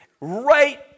right